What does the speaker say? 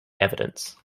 evidence